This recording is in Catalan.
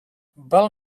val